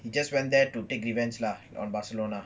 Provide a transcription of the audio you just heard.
he just went there to take revenge ah on barcelona